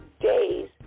days